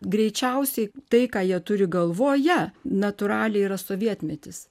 greičiausiai tai ką jie turi galvoje natūraliai yra sovietmetis